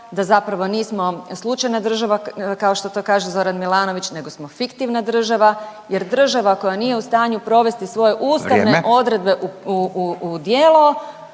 da zapravo nismo slučajna država, kao što to kaže Zoran Milanović, nego smo fiktivna država jer država koja nije u stanju provesti svoje ustavne odredbe …